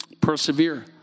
Persevere